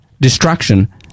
destruction